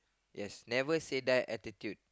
yes never say bad attitude